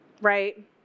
right